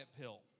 pill